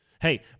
Hey